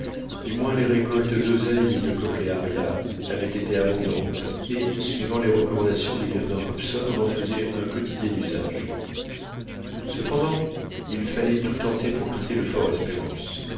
du moins les récoltes d'oseille et de cochléaria avaient été abondantes et suivant les recommandations du lieutenant hobson on en faisait un quotidien usage cependant il fallait tout tenter pour quitter le